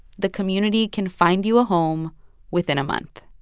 the community can find you a home within a month